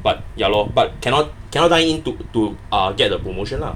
but ya lor but cannot cannot dine in to to ah get the promotion ah